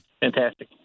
Fantastic